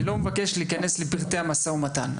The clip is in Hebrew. אני לא מבקש להיכנס לפרטי המשא ומתן,